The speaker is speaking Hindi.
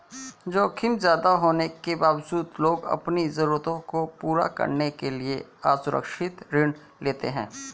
जोखिम ज्यादा होने के बावजूद लोग अपनी जरूरतों को पूरा करने के लिए असुरक्षित ऋण लेते हैं